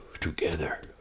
together